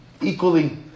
Equally